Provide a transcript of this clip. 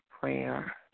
Prayer